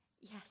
Yes